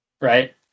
Right